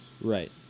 Right